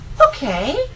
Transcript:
okay